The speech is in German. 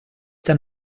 der